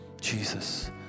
Jesus